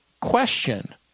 question